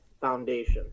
Foundation